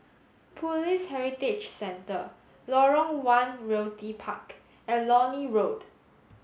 Police Heritage Centre Lorong one Realty Park and Lornie Road